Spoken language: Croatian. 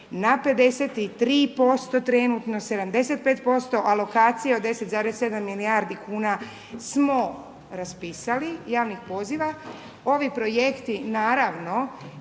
na 53%, trenutno 75%, alokacija od 10,7 milijardi kuna smo raspisali javnih poziva, ovi projekti, naravno